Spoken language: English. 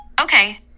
Okay